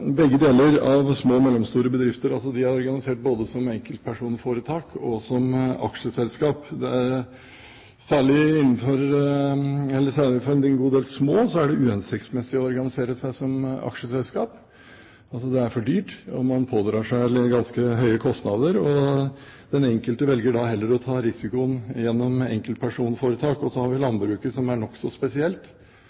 begge deler av små og mellomstore bedrifter – de er organisert både som enkeltpersonforetak og som aksjeselskap. Særlig for en god del små er det uhensiktsmessig å organisere seg som aksjeselskap. Det er for dyrt, man pådrar seg ganske høye kostnader, og den enkelte velger da heller å ta risikoen gjennom enkeltpersonforetak. Så har vi